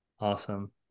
Awesome